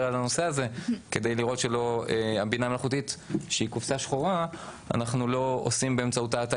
על הנושא הזה כדי לראות שאנחנו לא עושים באמצעות הבינה המלאכותית,